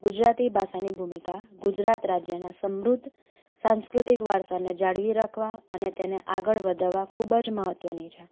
ગુજરાતી ભાષાની ભૂમિકા ગુજરાત રાજ્યના સમૃદ્ધ સાંસ્કૃતિક વારસાને જાળવી રાખવા અને તેને આગળ વધારવા ખૂબ જ મહત્ત્વની છે